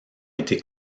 été